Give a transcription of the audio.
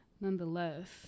nonetheless